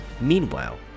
Meanwhile